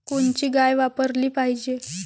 कोनची गाय वापराली पाहिजे?